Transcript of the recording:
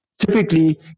typically